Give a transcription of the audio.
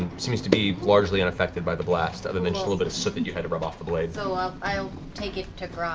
seems to be largely unaffected by the blast, other than a little bit of soot that you had to rub off the blade. laura so ah um i'll take it to